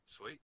Sweet